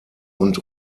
und